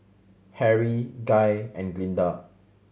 Harry Guy and Glynda